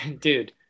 Dude